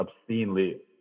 obscenely